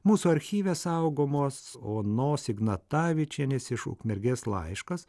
mūsų archyve saugomos onos ignatavičienės iš ukmergės laiškas